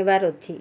ନେବାର ଅଛି